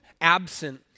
absent